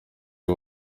uyu